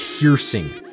piercing